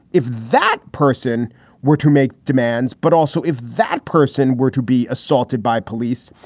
if that person were to make demands, but also if that person were to be assaulted by police,